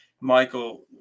Michael